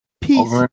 Peace